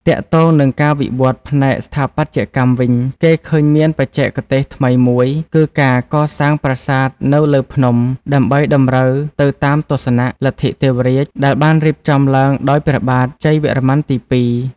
ទាក់ទងនឹងការវិវត្តផ្នែកស្ថាបត្យកម្មវិញ គេឃើញមានបច្ចេកទេសថ្មីមួយ គឺការកសាងប្រាសាទនៅលើភ្នំ ដើម្បីតម្រូវទៅតាមទស្សនៈ លទ្ធិទេវរាជ ដែលបានរៀបចំឡើងដោយព្រះបាទជ័យវរ្ម័នទី២។